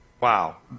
Wow